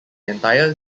entire